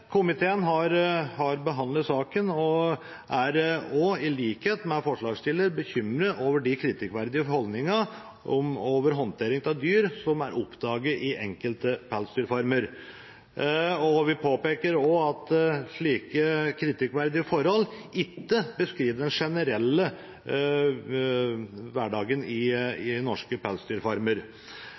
Komiteen har behandlet saken, og er også, i likhet med forslagsstilleren, bekymret over kritikkverdige holdninger og håndtering av dyr som er oppdaget ved enkelte pelsdyrfarmer. Vi påpeker også at slike kritikkverdige forhold ikke beskriver den generelle hverdagen ved norske pelsdyrfarmer.